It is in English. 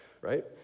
right